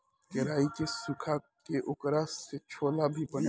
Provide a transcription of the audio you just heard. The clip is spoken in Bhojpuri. केराई के सुखा के ओकरा से छोला भी बनेला